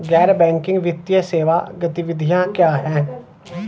गैर बैंकिंग वित्तीय सेवा गतिविधियाँ क्या हैं?